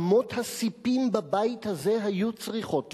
אמות הספים בבית הזה היו צריכות לרעוד.